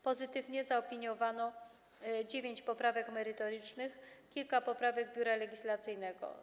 Pozytywnie zaopiniowano dziewięć poprawek merytorycznych, kilka poprawek Biura Legislacyjnego.